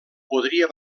podria